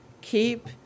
keep